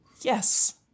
Yes